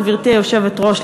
גברתי היושבת-ראש,